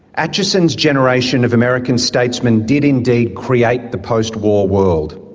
acheson's generation of american statesmen did indeed create the post-war world.